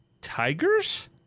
Tigers